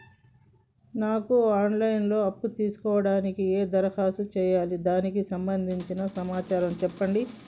నాకు online లో అప్పు తీసుకోవడానికి ఎలా దరఖాస్తు చేసుకోవాలి దానికి సంబంధించిన సమాచారం చెప్పండి?